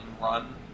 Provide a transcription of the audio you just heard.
run